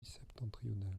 septentrionale